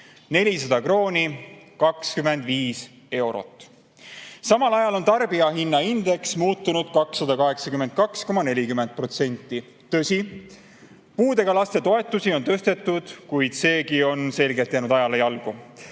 400 krooni, 25 eurot. Samal ajal on tarbijahinnaindeks muutunud 282,40%. Tõsi, puudega laste toetusi on tõstetud, kuid needki on selgelt jäänud ajale jalgu.